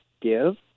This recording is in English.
give